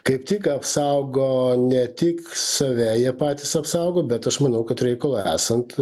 kaip tik apsaugo ne tik save jie patys apsaugo bet aš manau kad reikalui esant